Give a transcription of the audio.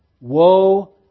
Woe